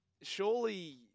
surely